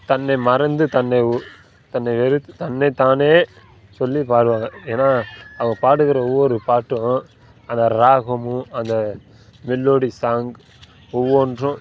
தன்னை மறந்து தன்னை உ தன்னை வெறுத்து தன்னைத் தானே சொல்லி பாடுவாங்க ஏன்னால் அவர் பாடுகிற ஒவ்வொரு பாட்டும் அந்த ராகமும் அந்த மெல்லோடி சாங் ஒவ்வொன்றும்